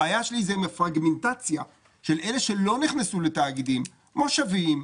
הבעיה שלי היא עם הפרגמנטציה של אלה שלא נכנסים לתאגידים כמו מושבים,